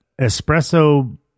espresso